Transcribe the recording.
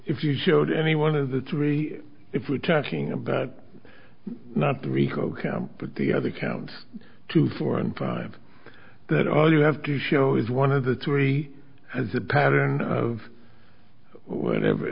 if you showed any one of the three if we are talking about not the rico count but the other count to four and five that all you have to show is one of the three as a pattern of whatever